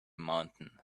mountain